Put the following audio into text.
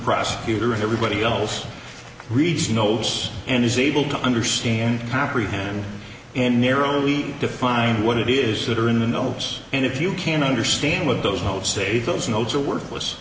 prosecutor and everybody else reads knows and is able to understand comprehend and narrowly define what it is that are in the notes and if you can't understand what those notes say those notes are worthless